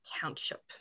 township